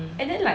mm mm mm